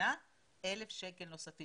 מהמדינה 1,000 שקלים נוספים.